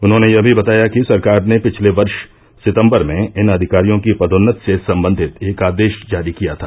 उन्होंने यह भी बताया कि सरकार ने पिछले वर्ष सितंबर में इन अधिकारियों की पदोन्नति से संबंधित एक आदेश जारी किया था